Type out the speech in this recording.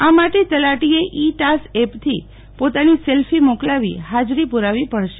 આ માટે તલાટીએ ઈ ટાસ એપથી પોતાની સેલ્ફી મોકલાવી હાજરી પુરાવી પડશે